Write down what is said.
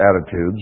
attitudes